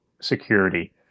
security